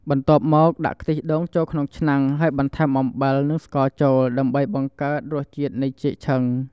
បន្ទាប់មក ដាក់ខ្ទិះដូងចូលក្នុងឆ្នាំង ហើយបន្ថែមអំបិល និងស្ករចូល ដើម្បីបង្កើតរសជាតិនៃចេកឆឹង។